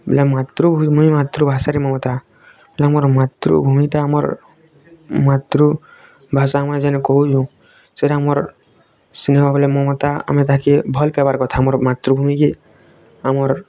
ବୋଲେ ମାତୃଭୂମି ମାତୃଭାଷାରେ ମମତା ହେଲେ ଆମର ମାତୃଭୂମିଟା ଆମର୍ ମାତୃଭାଷା ଆମେ ଯେନ୍ କହୁଛୁ ସେଇଟା ଆମର ସ୍ନେହ ଭଳି ମମତା ଆମେ ଯାହା କି ଭଲ ପାଇବାର୍ କଥା ଆମର୍ ମାତୃଭୂମି କି ଆମର